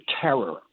terror